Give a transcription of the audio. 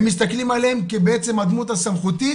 הם מסתכלים בעצם כעל הדמות הסמכותית